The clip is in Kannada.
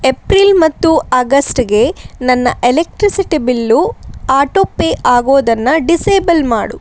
ಎಪ್ರಿಲ್ ಮತ್ತು ಆಗಸ್ಟ್ಗೆ ನನ್ನ ಎಲೆಕ್ಟ್ರಿಸಿಟಿ ಬಿಲ್ಲು ಆಟೋಪೇ ಆಗೋದನ್ನು ಡಿಸೇಬಲ್ ಮಾಡು